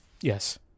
Yes